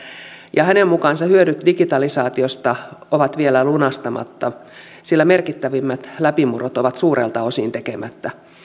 ja hänen mukaansa hyödyt digitalisaatiosta ovat vielä lunastamatta sillä merkittävimmät läpimurrot ovat suurelta osin tekemättä